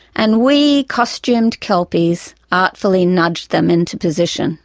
and we costumed kelpies artfully nudged them into position